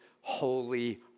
holy